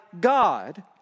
God